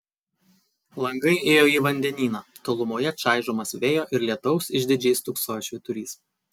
langai ėjo į vandenyną tolumoje čaižomas vėjo ir lietaus išdidžiai stūksojo švyturys